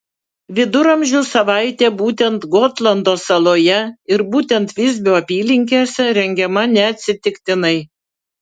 viduramžių savaitė būtent gotlando saloje ir būtent visbio apylinkėse rengiama neatsitiktinai